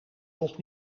toch